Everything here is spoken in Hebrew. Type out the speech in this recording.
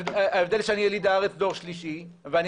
ההבדל שאני יליד הארץ דור שלישי ואני